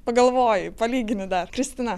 pagalvoji palygini dar kristina